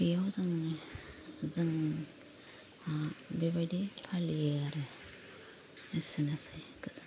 बेयाव जोङो जों बेबादि फालियो आरो एसेनोसै गोजोन्थों